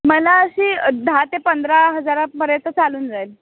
मला अशी दहा ते पंधरा हजारापर्यंत चालून जाईल